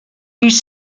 ils